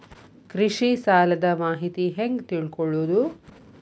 ಕೃಷಿ ಸಾಲದ ಮಾಹಿತಿ ಹೆಂಗ್ ತಿಳ್ಕೊಳ್ಳೋದು?